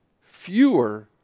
Fewer